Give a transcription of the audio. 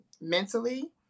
mentally